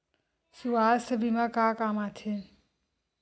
सुवास्थ बीमा का काम आ थे?